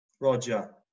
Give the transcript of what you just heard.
Roger